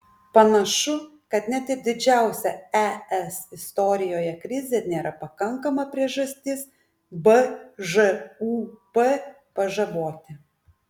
panašu kad net ir didžiausia es istorijoje krizė nėra pakankama priežastis bžūp pažaboti